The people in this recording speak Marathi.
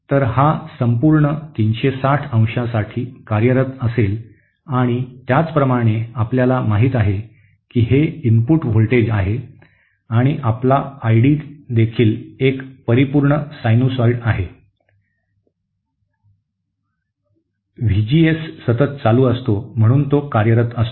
तर हा संपूर्ण 360 अंशासाठी कार्यरत असेल आणि त्याचप्रमाणे आपल्याला माहिती आहे की हे इनपुट व्होल्टेज आहे आणि आपला आय डी देखील एक परिपूर्ण सायनुसॉइड आहे व्हीजीएस सतत चालू असतो म्हणून तो कार्यरत असतो